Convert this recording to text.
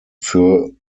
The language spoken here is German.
für